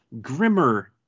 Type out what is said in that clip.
grimmer